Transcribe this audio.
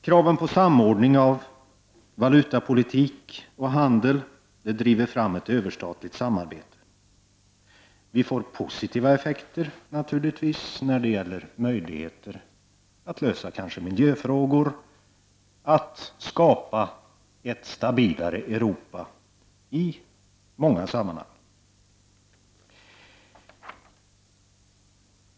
Kraven på samordning av valutapolitik och handel driver fram ett överstatligt samarbete. Vi får positiva effekter vad gäller möjligheterna att lösa miljöfrågor och att i många sammanhang skapa ett stabilare Europa.